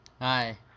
Hi